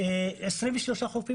חופים